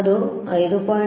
ಅದು 5